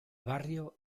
barrio